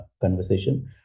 conversation